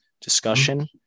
discussion